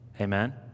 Amen